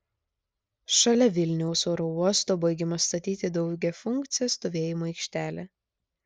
šalia vilniaus oro uosto baigiama statyti daugiafunkcė stovėjimo aikštelė